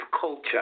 culture